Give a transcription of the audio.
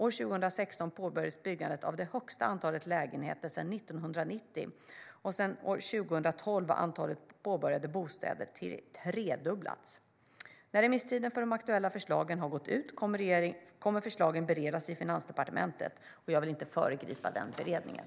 År 2016 påbörjades byggandet av det högsta antalet lägenheter sedan 1990, och sedan år 2012 har antalet påbörjade bostäder tredubblats. När remisstiden för de aktuella förslagen har gått ut kommer förslagen att beredas i Finansdepartementet. Jag vill inte föregripa den beredningen.